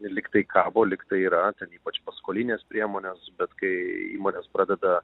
lyg tai kabo lyg tai yra ypač paskolinės priemonės bet kai įmonės pradeda